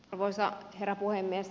arvoisa herra puhemies